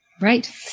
Right